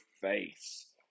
face